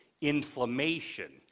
inflammation